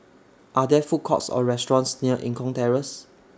Are There Food Courts Or restaurants near Eng Kong Terrace